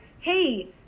hey